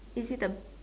is it the